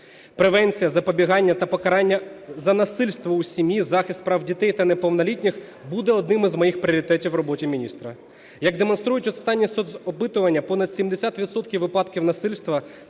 Превенція, запобігання та покарання за насильство у сім'ї, захист прав дітей та неповнолітніх буде одним із моїх пріоритетів в роботі міністра. Як демонструють останні соцопитування, понад 70 відсотків випадків насильства